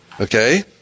Okay